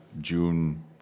June